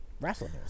Wrestling